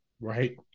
Right